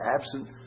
absent